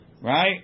Right